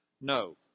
No